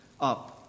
up